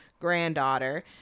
granddaughter